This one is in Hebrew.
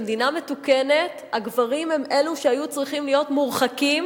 במדינה מתוקנת הגברים הם אלו שהיו צריכים להיות מורחקים